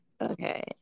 Okay